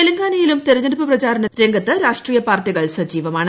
തെലങ്കാനയിലും തെരഞ്ഞെടുപ്പ് പ്രചരണ രംഗത്ത് രാഷ്ട്രീയ പാർട്ടികൾ സജീവമാണ്